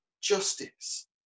justice